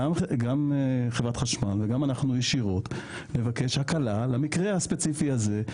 גם חברת חשמל וגם אנחנו ישירות לבקש הקלה למקרה הספציפי הזה,